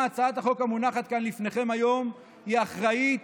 הצעת החוק המונחת כאן לפניכם היום היא אחראית,